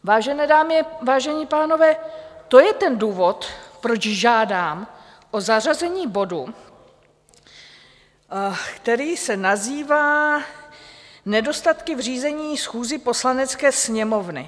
Vážené dámy, vážení pánové, to je ten důvod, proč žádám o zařazení bodu, který se nazývá Nedostatky v řízení schůzí Poslanecké sněmovny.